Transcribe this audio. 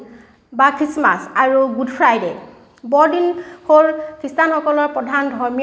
বা খ্ৰীষ্টমাছ আৰু good Friday বৰদিন হ'ল খ্ৰীষ্টানসকলৰ প্ৰধান ধৰ্মীয় উৎসৱ